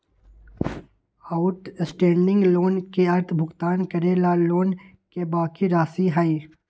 outstanding loan के अर्थ भुगतान करे ला लोन के बाकि राशि हई